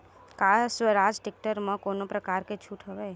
का स्वराज टेक्टर म कोनो प्रकार के छूट हवय?